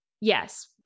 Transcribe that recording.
Yes